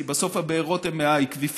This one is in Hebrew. כי בסוף הבארות הן מהאקוויפרים,